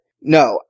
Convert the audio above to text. no